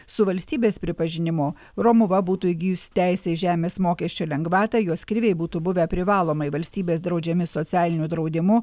su valstybės pripažinimu romuva būtų įgijus teisę į žemės mokesčio lengvatą jos kriviai būtų buvę privalomai valstybės draudžiami socialiniu draudimu